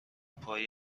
پای